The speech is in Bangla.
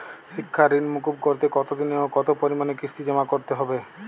শিক্ষার ঋণ মুকুব করতে কতোদিনে ও কতো পরিমাণে কিস্তি জমা করতে হবে?